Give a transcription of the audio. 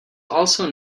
also